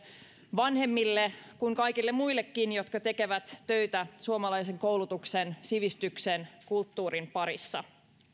vanhemmille kuin kaikille muillekin jotka tekevät töitä suomalaisen koulutuksen sivistyksen kulttuurin parissa